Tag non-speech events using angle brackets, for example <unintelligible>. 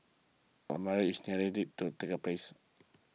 but the marriage is <unintelligible> do take place